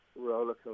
Rollercoaster